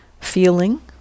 feeling